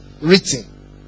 Written